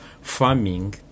farming